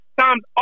times